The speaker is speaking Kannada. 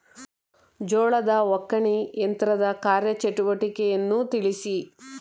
ಜೋಳದ ಒಕ್ಕಣೆ ಯಂತ್ರದ ಕಾರ್ಯ ಚಟುವಟಿಕೆಯನ್ನು ತಿಳಿಸಿ?